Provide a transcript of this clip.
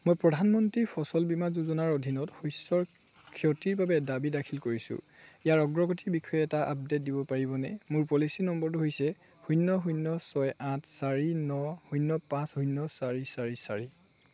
মই প্ৰধানমন্ত্ৰীৰ ফচল বীমা যোজনাৰ অধীনত শস্যৰ ক্ষতিৰ বাবে দাবী দাখিল কৰিছোঁ ইয়াৰ অগ্ৰগতিৰ বিষয়ে এটা আপডে'ট দিব পাৰিবনে মোৰ পলিচী নম্বৰটো হৈছে শূন্য শূ্ন্য ছয় আঠ চাৰি ন শূন্য পাঁচ শূন্য চাৰি চাৰি চাৰি